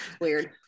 weird